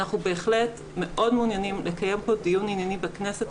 אנחנו בהחלט מאוד מעוניינים לקיים פה דיון ענייני בכנסת,